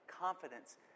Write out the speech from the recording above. confidence